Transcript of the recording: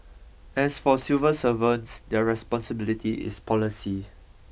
as for civil servants their responsibility is policy